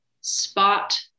spot